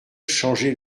changer